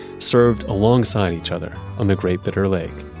served alongside each other on the great bitter lake.